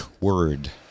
word